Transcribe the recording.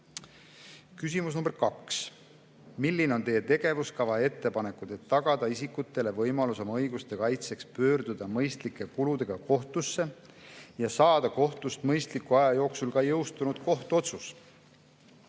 Küsimus nr 2: "Milline on Teie tegevuskava ja ettepanekud, et tagada isikutele võimalus oma õiguste kaitseks pöörduda mõistlike kuludega kohtusse ja saada kohtust mõistliku aja jooksul ka jõustunud kohtuotsus?"